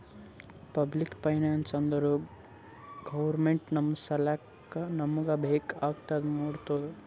public finance ಅಂದುರ್ government ನಮ್ ಸಲ್ಯಾಕ್ ನಮೂಗ್ ಬೇಕ್ ಆಗಿದ ಮಾಡ್ತುದ್